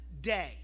day